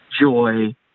joy